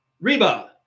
Reba